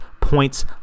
points